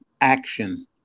action